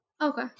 Okay